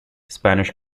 spanish